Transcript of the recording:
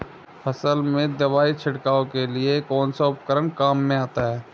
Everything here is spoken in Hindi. फसल में दवाई छिड़काव के लिए कौनसा उपकरण काम में आता है?